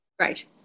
Right